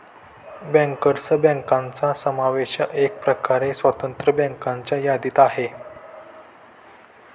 bankers बँकांचा समावेश एकप्रकारे स्वतंत्र बँकांच्या यादीत आहे